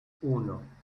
uno